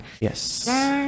Yes